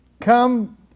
come